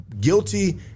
guilty